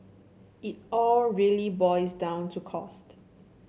it all really boils down to cost